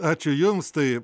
ačiū jums tai